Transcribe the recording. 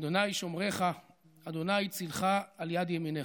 ה' שֹׁמרך ה' צלך על יד ימינך.